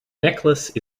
necklace